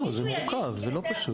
לא, זה מורכב, זה לא קשור.